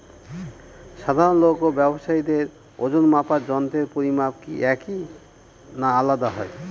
সাধারণ লোক ও ব্যাবসায়ীদের ওজনমাপার যন্ত্রের পরিমাপ কি একই না আলাদা হয়?